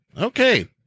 Okay